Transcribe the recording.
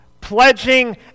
pledging